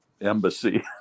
embassy